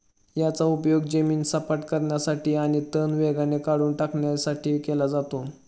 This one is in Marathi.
याचा उपयोग जमीन सपाट करण्यासाठी आणि तण वेगाने काढून टाकण्यासाठी केला जातो